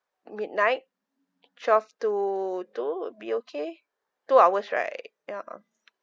midnight twelve to two would be okay two hours right ya